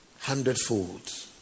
hundredfold